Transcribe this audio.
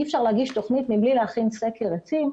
אי אפשר להגיש תוכנית מבלי להכין סקר עצים.